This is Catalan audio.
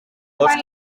gos